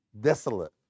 desolate